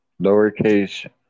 lowercase